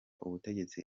ubutegetsi